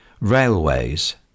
railways